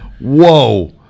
Whoa